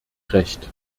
recht